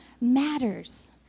matters